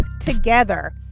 together